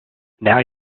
now